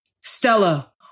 Stella